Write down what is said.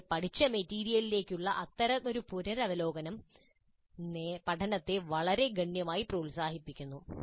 നേരത്തെ പഠിച്ച മെറ്റീരിയലിലേക്കുള്ള അത്തരമൊരു പുനരവലോകനം പഠനത്തെ വളരെ ഗണ്യമായി പ്രോത്സാഹിപ്പിക്കുന്നു